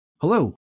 Hello